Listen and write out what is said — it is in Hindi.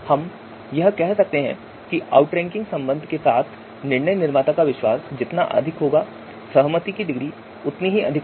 हम कह सकते हैं कि आउटरैंकिंग संबंध के साथ निर्णय निर्माता का विश्वास जितना अधिक होगा सहमति की डिग्री उतनी ही अधिक होगी